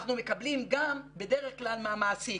אנחנו מקבלים גם בדרך כלל מהמעסיק.